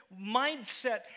mindset